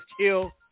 Kill